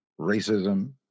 racism